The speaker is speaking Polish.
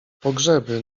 pogrzeby